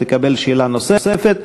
תקבל שאלה נוספת.